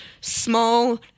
small